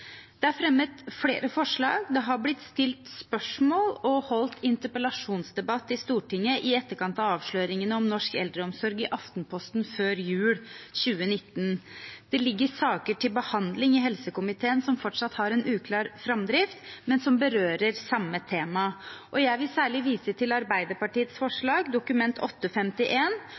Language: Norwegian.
Det er fremmet flere forslag, det har blitt stilt spørsmål, og det er holdt interpellasjonsdebatt i Stortinget i etterkant av avsløringene om norsk eldreomsorg i Aftenposten før jul 2019. Det ligger saker til behandling i helsekomiteen som fortsatt har en uklar framdrift, men som berører samme tema. Jeg vil særlig vise til Arbeiderpartiets forslag, Dokument